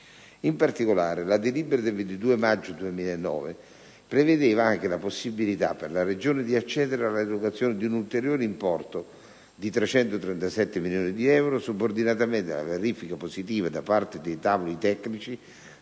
In particolare, la delibera del 22 maggio 2009 prevedeva anche la possibilità per la Regione di accedere all'erogazione di un ulteriore importo di 337 milioni di euro, subordinatamente alla verifica positiva da parte dei tavoli tecnici